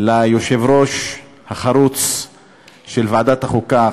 ליושב-ראש החרוץ של ועדת החוקה,